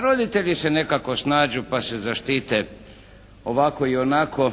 roditelji se nekako snađu pa se zaštite ovako i onako